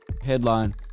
Headline